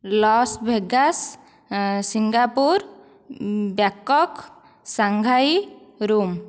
Las Vegas Singapore Bangkok Shanghai Rome